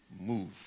move